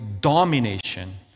domination